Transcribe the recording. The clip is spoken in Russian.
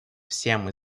всем